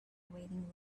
waiting